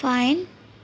fine